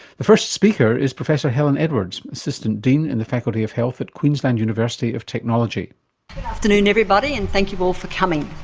the first speaker is professor helen edwards, assistant dean in the faculty of health at queensland university of technology. good afternoon everybody and thank you all for coming.